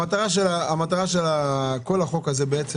המטרה של כל החוק הזה בעצם,